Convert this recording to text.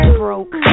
broke